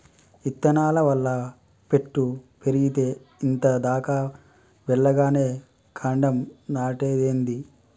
ఇత్తనాల వల్ల పెట్టు పెరిగేతే ఇంత దాకా వెల్లగానే కాండం నాటేదేంది